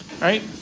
Right